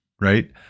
right